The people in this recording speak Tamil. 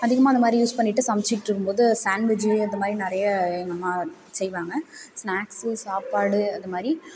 அதிகமாக இந்த மாதிரி யூஸ் பண்ணிகிட்டு சமைச்சிற்றுக்கும்போது சேன்வெஜ்ஜு இந்த மாதிரி நிறைய எங்கள்ம்மா செய்வாங்க ஸ்நாக்ஸ்சு சாப்பாடு அந்த மாதிரி